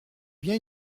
bien